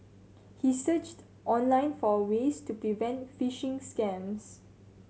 he searched online for ways to prevent phishing scams